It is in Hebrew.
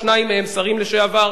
שניים מהם שרים לשעבר,